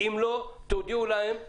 אם לא, תודיעו להם.